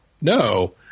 no